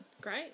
Great